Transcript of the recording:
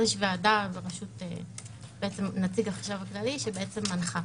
יש נציג החשב הכללי שמנחה.